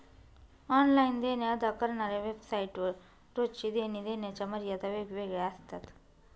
online देणे अदा करणाऱ्या वेबसाइट वर रोजची देणी देण्याच्या मर्यादा वेगवेगळ्या असतात